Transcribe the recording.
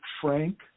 Frank